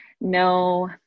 no